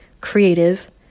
creative